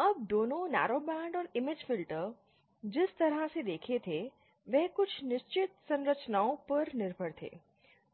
अब दोनों नैरोबैंड और इमेज फिल्टर जिस तरह से देखे थे वे कुछ निश्चित संरचनाओं पर निर्भर थे